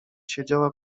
siedziała